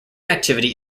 activity